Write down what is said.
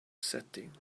setting